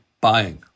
buying